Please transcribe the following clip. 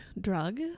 drug